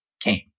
came